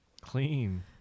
Clean